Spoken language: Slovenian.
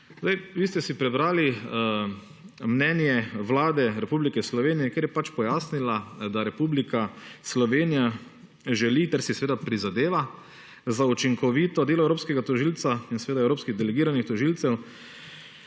Vi ste si prebrali mnenje Vlade Republike Slovenije, kjer je pač pojasnilo, da Republika Slovenija želi ter si seveda prizadeva za učinkovito delo evropskega tožilca in evropskih delegiranih tožilcev,